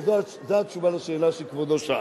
וזו התשובה על השאלה שכבודו שאל,